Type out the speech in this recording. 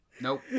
Nope